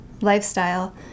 lifestyle